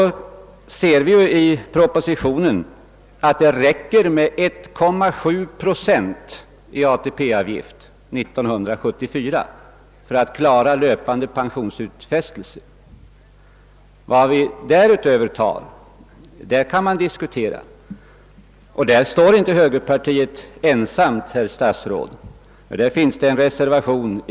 Av propositionen framgår att det räcker med 1,7 procent i ATP-avgift 1974 för att klara löpande pensionsutfästelser. Vad därutöver skall tas ut kan man diskutera; högerpartiet är inte ensamt om den uppfattningen.